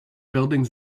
buildings